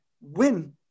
win